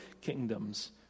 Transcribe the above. kingdoms